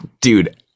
dude